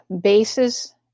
bases